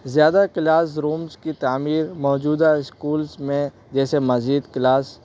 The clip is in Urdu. زیادہ کلاس رومز کی تعمیر موجودہ اسکولز میں جیسے مزید کلاس